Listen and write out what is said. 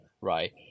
right